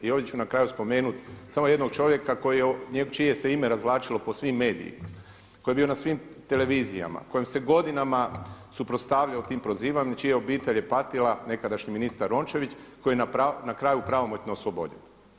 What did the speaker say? I ovdje ću na kraju spomenuti samo jednog čovjeka čije se ime razvlačilo po svim medijima, koji je bio na svim televizijama, kojem se godinama suprotstavljao tim prozivanjima, čija obitelj je patila nekadašnji ministar Rončević koji je na kraju pravomoćno oslobođen.